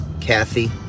kathy